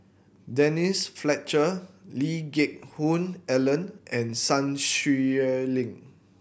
Denise Fletcher Lee Geck Hoon Ellen and Sun Xueling